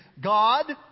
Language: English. God